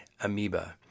amoeba